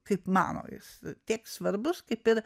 kaip mano jis tiek svarbus kaip ir